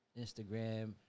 Instagram